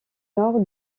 nord